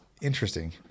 interesting